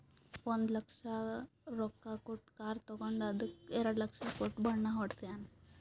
ಒಂದ್ ಲಕ್ಷ ರೊಕ್ಕಾ ಕೊಟ್ಟು ಕಾರ್ ತಗೊಂಡು ಅದ್ದುಕ ಎರಡ ಲಕ್ಷ ಕೊಟ್ಟು ಬಣ್ಣಾ ಹೊಡ್ಸ್ಯಾನ್